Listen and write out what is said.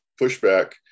pushback